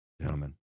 Gentlemen